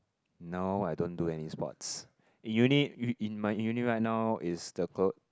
no I don't do any sports uni in my uni right now is the